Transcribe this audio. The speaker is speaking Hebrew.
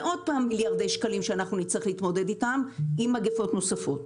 ועוד פעם מיליארדי שקלים שאנחנו נצטרך להתמודד איתם עם מגפות נוספות.